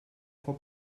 for